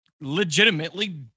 legitimately